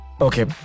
okay